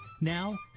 Now